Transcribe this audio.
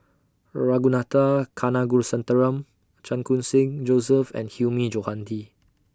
Ragunathar Kanagasuntheram Chan Khun Sing Joseph and Hilmi Johandi